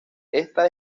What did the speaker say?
esta